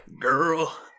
Girl